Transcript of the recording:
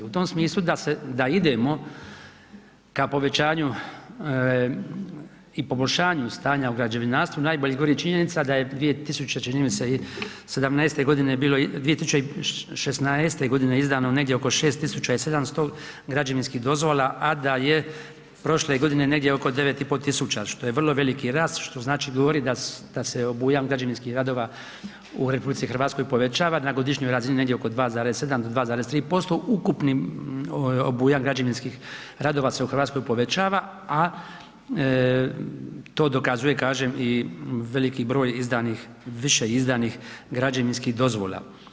U tom smislu da idemo ka povećanju i poboljšanju stanja u građevinarstvu najbolje govori činjenica da je čini mi se 2017.g. bilo 2016.g. izdano negdje oko 6700 građevinskih dozvola, a da je prošle godine negdje oko 9500 što je vrlo veliki rast, što znači govori da se obujam građevinskih radova u RH povećava na godišnjoj razini negdje oko 2,7 do 2,3% ukupnim obujam građevinskih radova se u RH povećava, a to dokazuje, kažem, i veliki broj izdanih, više izdanih građevinskih dozvola.